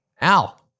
Al